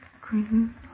Green